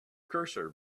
cursor